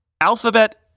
Alphabet